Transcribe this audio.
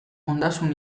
ondasun